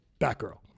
Batgirl